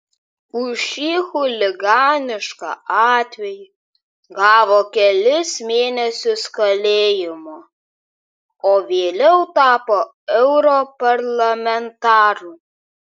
už šį chuliganišką atvejį gavo kelis mėnesius kalėjimo o vėliau tapo europarlamentaru